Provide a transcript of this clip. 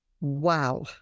Wow